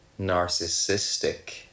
narcissistic